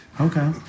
Okay